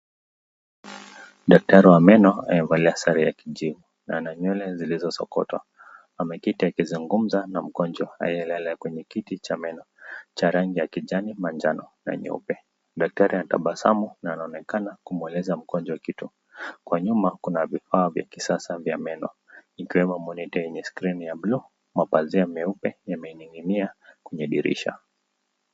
Dakitari wa meno amevalia sare ya kijivu na ana nywele zilizosokotwa, ameketi akizungumza na mgonjwa aliyelala kwenye kiti cha meno, cha rangi ya kijani majano na nyeupe. Dakitari ana tabasamu na anaonekana kumweleza mgonjwa kitu. Kwa nyuma kuna vifaa vya kisasa vya meno ikiwemo monitor screen, (cs),ya blue, (cs), mapanzia meupe yameninginia kwenye dirisha.